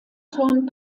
thorn